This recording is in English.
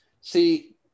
see